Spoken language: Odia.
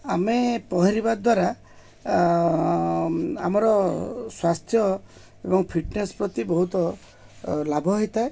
ଆମେ ପହଁରିବା ଦ୍ୱାରା ଆମର ସ୍ୱାସ୍ଥ୍ୟ ଏବଂ ଫିଟନେସ୍ ପ୍ରତି ବହୁତ ଲାଭ ହେଇଥାଏ